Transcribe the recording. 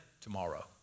Tomorrow